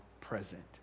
present